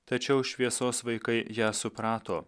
tačiau šviesos vaikai ją suprato